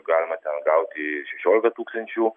galima ten gauti šešiolika tūkstančių